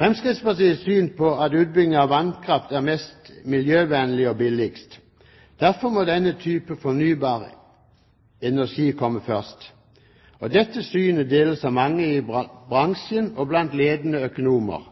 Fremskrittspartiets syn er at utbygging av vannkraft er mest miljøvennlig og billigst. Derfor må denne type fornybar energi komme først. Dette synet deles av mange i bransjen og blant ledende økonomer.